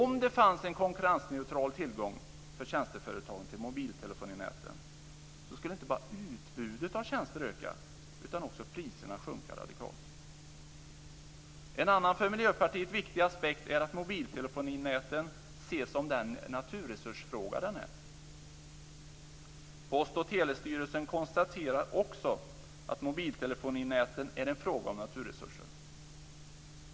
Om det fanns en konkurrensneutral tillgång för tjänsteföretagen till mobiltelefoninäten skulle inte bara utbudet av tjänster öka utan också priserna sjunka radikalt. En annan viktig aspekt för Miljöpartiet är att mobiltelefoninäten ses som den naturresursfråga den är. Post och telestyrelsen konstaterar också att mobiltelefoninäten är en fråga om naturresurser.